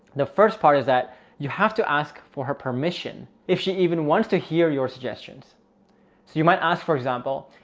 the first part is that you have to ask for her permission if she even wants to hear your suggestions. so you might ask, for example,